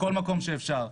בכל מקום שאפשר.